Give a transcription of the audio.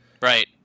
right